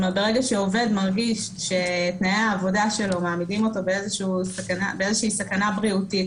ברגע שעובד מרגיש שתנאי העבודה שלו מעמידים אותו באיזושהי סכנה בריאותית